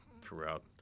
throughout